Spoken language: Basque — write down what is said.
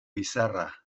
izarra